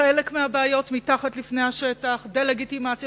חלק מהבעיות מתחת לפני השטח: דה-לגיטימציה